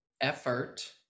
effort